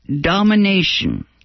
domination